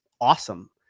awesome